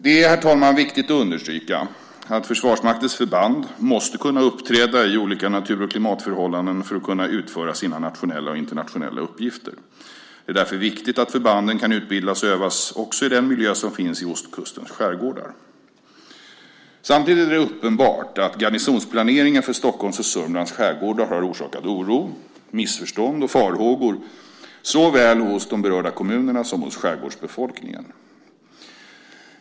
Det är, herr talman, viktigt att understryka att Försvarsmaktens förband måste kunna uppträda i olika natur och klimatförhållanden för att kunna utföra sina nationella och internationella uppgifter. Det är därför viktigt att förbanden kan utbildas och övas också i den miljö som finns i ostkustens skärgårdar. Samtidigt är det uppenbart att garnisonsplaneringen för Stockholms och Sörmlands skärgårdar har orsakat oro, missförstånd och farhågor såväl hos de berörda kommunerna som hos skärgårdsbefolkningen.